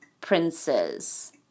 princes